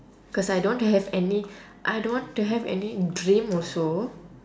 cause I don't have any I don't want to have any dream also